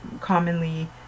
commonly